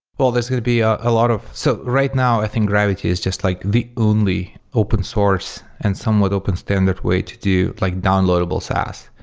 well, there's going to be a ah lot of so right now, i think gravity is just like the only open source and somewhat open standard way to do like downloadable saas.